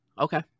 Okay